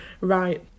Right